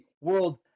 World